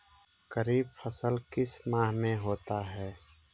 खरिफ फसल किस माह में होता है?